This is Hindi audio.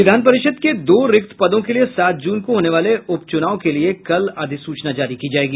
विधान परिषद के दो रिक्त पदों के लिए सात जून को होने वाले उपचुनाव के लिए कल अधिसूचना जारी की जायेगी